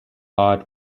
art